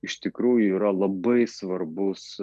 iš tikrųjų yra labai svarbus